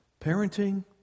Parenting